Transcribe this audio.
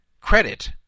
credit